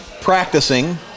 practicing